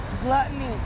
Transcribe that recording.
gluttony